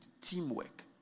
teamwork